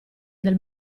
del